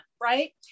right